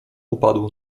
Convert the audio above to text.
upadł